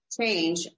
change